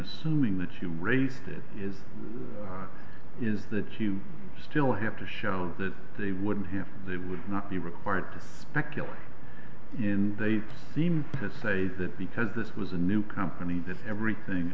assuming that you raised it is is that you still have to show that they wouldn't have they would not be required to speculate in they seem to say that because this was a new company this everything